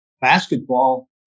basketball